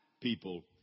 people